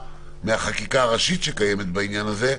מהחקיקה הראשית שקיימת בעניין הזה,